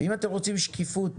אם אתם רוצים שקיפות,